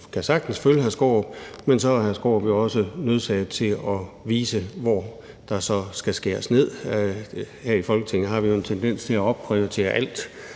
– så er hr. Peter Skaarup jo også nødsaget til at vise, hvor der skal skæres ned. Her i Folketinget har vi jo en tendens til at opprioritere alt.